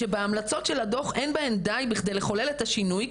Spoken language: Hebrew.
שאין בהמלצות של הדוח די בכדי לחולל את השינוי,